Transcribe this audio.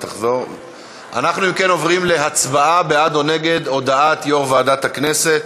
אנחנו עוברים להצבעה בעד או נגד הודעת יושב-ראש ועדת הכנסת.